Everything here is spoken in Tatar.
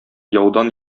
яудан